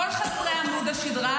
כל חסרי עמוד השדרה,